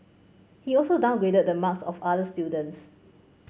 he also downgraded the marks of other students